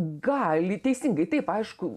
gali teisingai taip aišku